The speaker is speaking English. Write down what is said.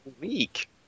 week